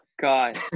God